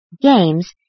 games